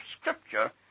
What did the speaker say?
Scripture